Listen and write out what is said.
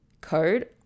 code